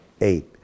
eight